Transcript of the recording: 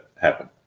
happen